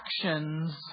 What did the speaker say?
actions